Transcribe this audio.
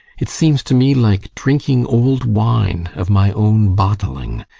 it seems to me like drinking old wine of my own bottling.